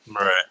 Right